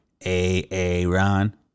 Aaron